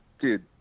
dude